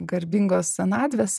garbingos senatvės